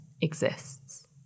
exists